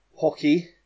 hockey